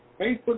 Facebook